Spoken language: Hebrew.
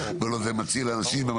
הוא מציל אנשים,